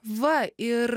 va ir